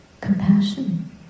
compassion